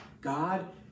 God